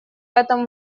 этом